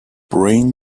brain